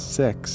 six